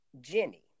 Jenny